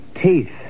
teeth